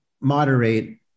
moderate